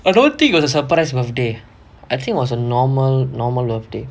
I don't think it was a surprise birthday I think was a normal normal love day